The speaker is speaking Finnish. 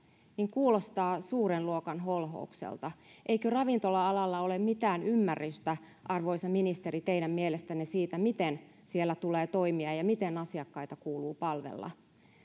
kuulostaa suuren luokan holhoukselta eikö ravintola alalla ole mitään ymmärrystä arvoisa ministeri teidän mielestänne siitä miten siellä tulee toimia ja ja miten asiakkaita kuuluu palvella